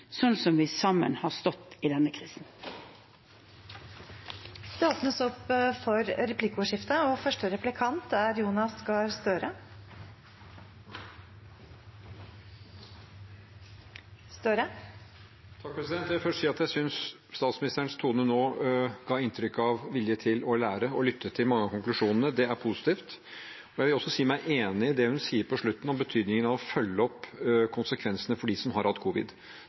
vi sammen har stått i denne krisen. Det blir replikkordskifte. Jeg vil først si at jeg synes statsministerens tone nå ga inntrykk av vilje til å lære og lytte til mange av konklusjonene. Det er positivt. Jeg vil også si meg enig i det hun sier på slutten, om betydningen av å følge opp konsekvensene for dem som har hatt